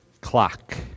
clock